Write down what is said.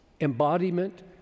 embodiment